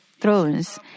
thrones